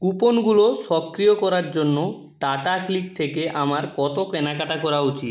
কুপনগুলো সক্রিয় করার জন্য টাটা ক্লিক থেকে আমার কত কেনাকাটা করা উচিত